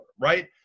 right